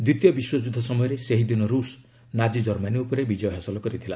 ଦ୍ୱିତୀୟ ବିଶ୍ୱଯୁଦ୍ଧ ସମୟରେ ସେହିଦିନ ରୁଷ୍ ନାଜି ଜର୍ମାନୀ ଉପରେ ବିଜୟ ହାସଲ କରିଥିଲା